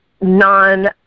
non